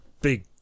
big